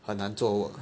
很难做 work